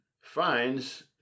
finds